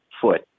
foot